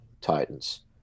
Titans